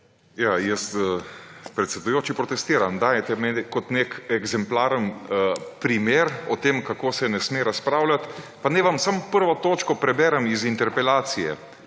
Jaz, predsedujoči, protestiram. Dajete me kot nek eksemplaren primer o tem, kako se ne sme razpravljati, pa naj vam samo prvo točko preberem iz interpelacije: